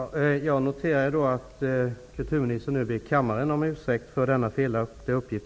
Herr talman! Jag noterar att kulturministern nu ber kammaren om ursäkt för denna felaktiga uppgift.